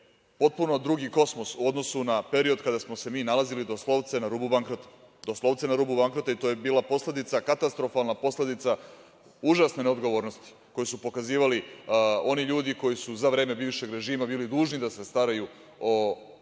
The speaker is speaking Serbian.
potpuno drugi kosmos u odnosu na period kada smo se mi nalazili doslovce na rubu bankrota i to je bila posledica, katastrofalna posledica užasne neodgovornosti koju su pokazivali oni ljudi koji su za vreme bivšeg režima bili dužni da se staraju o